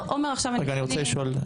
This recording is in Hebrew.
רגע אני רוצה לשאול,